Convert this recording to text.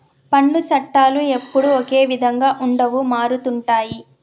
పన్నుల చట్టాలు ఎప్పుడూ ఒకే విధంగా ఉండవు మారుతుంటాయి